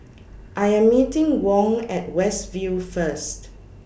I Am meeting Wong At West View First